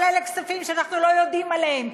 אבל אלה כספים שאנחנו לא יודעים עליהם,